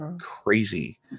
crazy